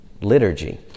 liturgy